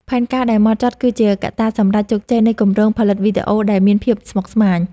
ផែនការដែលហ្មត់ចត់គឺជាកត្តាសម្រេចជោគជ័យនៃគម្រោងផលិតវីដេអូដែលមានភាពស្មុគស្មាញ។